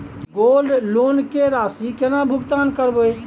Gold loan के राशि केना भुगतान करबै?